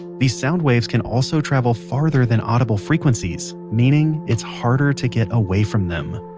these sound waves can also travel farther than audible frequencies, meaning it's harder to get away from them